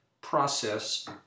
process